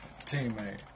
teammate